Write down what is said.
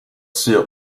sur